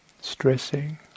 stressing